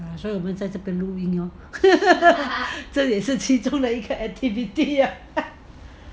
所以我们在这边录音 lor 这里是其中的一个 activity